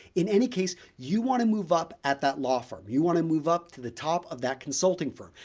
in any case, you want to move up at that law firm, you want to move up to the top of that consulting firm.